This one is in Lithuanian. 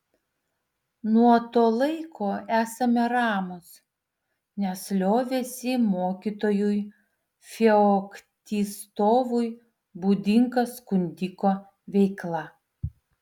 nuo to laiko esame ramūs nes liovėsi mokytojui feoktistovui būdinga skundiko veikla